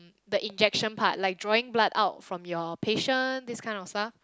the injection part like drawing blood out from your patient this kind of stuff